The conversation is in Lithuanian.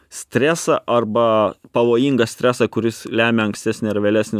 stresą arba pavojingą stresą kuris lemia ankstesnį ar vėlesnį